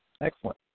Excellent